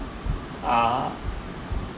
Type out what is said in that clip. uh